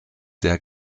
der